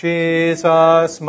Jesus